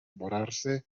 borrarse